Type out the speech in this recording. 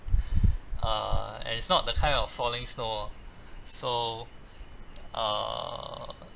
uh and it's not the kind of falling snow lor so err